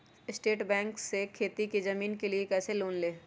State bank से खेती की जमीन के लिए कैसे लोन ले?